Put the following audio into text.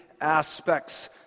aspects